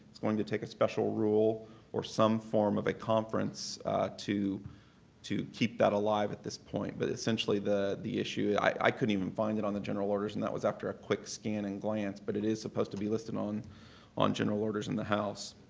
it's going to take a special rule or some form of a conference to to keep that alive at this point. but essentially, the the issue i couldn't even find it on the general orders, and that was after a quick scan and glance, but it is supposed to be listed on on general orders in the house.